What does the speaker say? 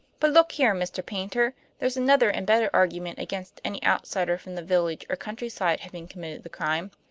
but look here, mr. paynter there's another and better argument against any outsider from the village or countryside having committed the crime.